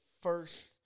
first